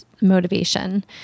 motivation